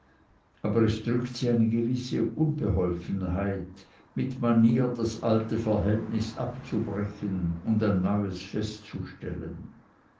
aber es drückt sie eine gewisse unbeholfenheit mit manier das alte verhältnis abzubrechen und ein neues festzustellen